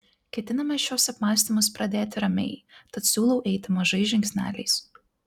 ketiname šiuos apmąstymus pradėti ramiai tad siūlau eiti mažais žingsneliais